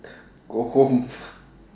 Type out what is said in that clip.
go home